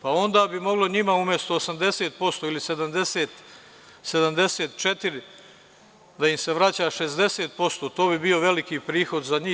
Pa, onda bi moglo njima umesto 80% ili 74%, da im se vraća 60% to bi bio veliki prihod za njih.